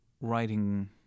writing